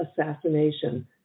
assassination